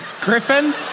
Griffin